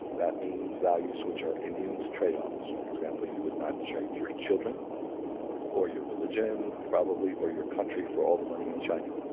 that means values which are immune to tradeoffs. for example, you would not trade your children or your religion, probably, or your country for all the money in china.